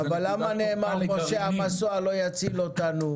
זה נקודת תורפה לגרעינים --- אבל למה נאמר פה שהמסוע לא יציל אותנו?